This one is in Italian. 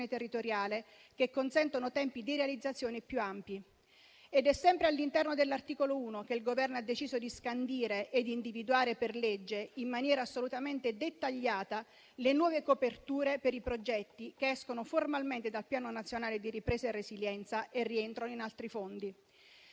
territoriale, che consentono tempi di realizzazione più ampi. Ed è sempre all'interno dell'articolo 1 che il Governo ha deciso di scandire e individuare per legge, in maniera assolutamente dettagliata, le nuove coperture per i progetti che escono formalmente dal Piano nazionale di ripresa e resilienza e rientrano in altri fondi.